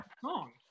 song